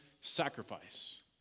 sacrifice